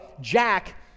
Jack